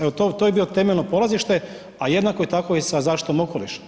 Evo, to je bio temeljno polazište, a jednako tako i sa zaštitom okoliša.